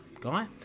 guy